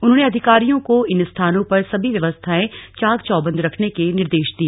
उन्होंने अधिकारियों को इन स्थानों पर सभी व्यवस्थांए चाक चौबंद रखने के निर्देश दिए